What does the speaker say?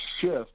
shift